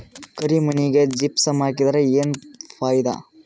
ಕರಿ ಮಣ್ಣಿಗೆ ಜಿಪ್ಸಮ್ ಹಾಕಿದರೆ ಏನ್ ಫಾಯಿದಾ?